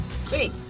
Sweet